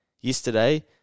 yesterday